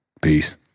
peace